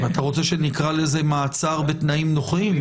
אתה רוצה שנקרא לזה מעצר בתנאים נוחים?